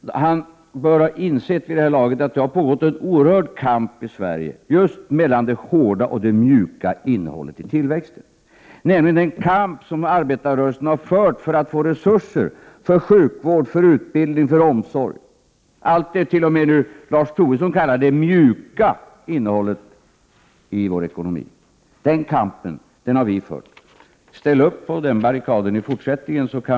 Han bör vid det här laget ha insett att det har pågått en oerhörd kamp i Sverige mellan just det hårda och det mjuka innehållet i tillväxten. Det är den kamp som arbetarrörelsen har fört för att få resurser till sjukvård, utbildning och omsorg; allt det som t.o.m. Lars Tobisson kallar ”det mjuka innehållet” i vår ekonomi. Den kampen har vi fört. Ställ upp på den barrikaden i fortsättningen, så kan vi på Prot.